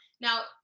Now